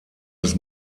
des